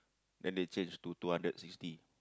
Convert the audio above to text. then they change to two hundred sixty